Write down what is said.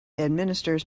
administers